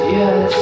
yes